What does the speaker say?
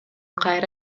кайра